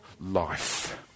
life